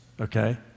okay